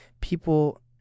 people